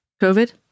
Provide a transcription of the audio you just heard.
COVID